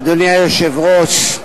אדוני היושב-ראש,